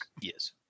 yes